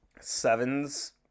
sevens